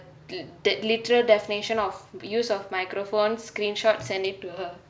that literal definition of use of microphones screenshot send it to her